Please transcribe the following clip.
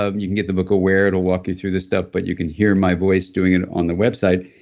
ah and you can get the book aware, it'll walk you through this stuff, but you can hear my voice doing it on the website,